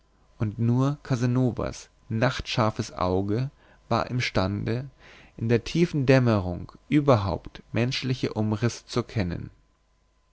und nur casanovas nachtscharfes auge war imstande in der tiefen dämmerung überhaupt menschliche umrisse zu erkennen